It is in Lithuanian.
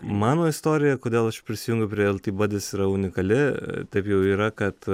mano istorija kodėl aš prisijungiau prie el ti badis yra unikali taip jau yra kad